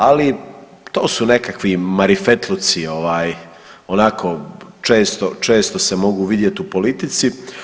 Ali to su nekakvi marifetluci, ovaj onako često se mogu vidjeti u politici.